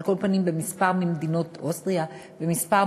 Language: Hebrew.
על כל פנים בכמה ממדינות אירופה.